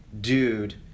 dude